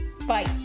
Bye